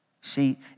See